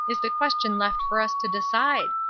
is the question left for us to decide?